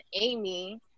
Amy